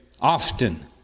often